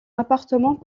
appartement